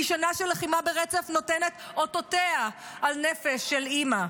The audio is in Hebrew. כי שנה של לחימה ברצף נותנת אותותיה על נפש של אימא.